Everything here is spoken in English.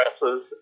presses